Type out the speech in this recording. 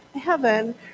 heaven